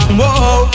whoa